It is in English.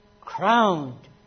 crowned